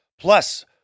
Plus